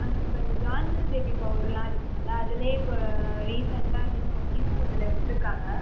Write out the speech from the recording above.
இப்போ இந்த Johnson baby பவுடரெல்லாம் இருக்குங்கள்லே அதுலேயே இப்போ ரீசெண்ட்டாக நியூ நியூ இதில் விட்டிருக்காங்க